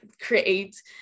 create